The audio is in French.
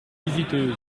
visiteuse